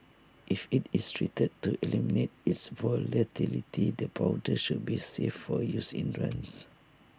if IT is treated to eliminate its volatility the powder should be safe for use in runs